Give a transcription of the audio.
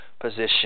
position